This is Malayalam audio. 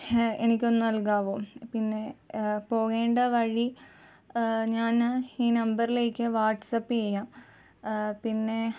എനിക്കൊന്ന് നൽകാമോ പിന്നെ പോകേണ്ട വഴി ഞാൻ ഈ നമ്പറിലേക്ക് വാട്സപ്പ് ചെയ്യാം പിന്നെ